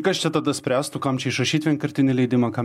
kas čia tada spręstų kam čia išrašyt vienkartinį leidimą kam